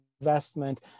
investment